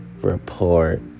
Report